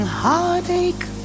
heartache